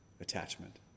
attachment